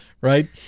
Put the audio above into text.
Right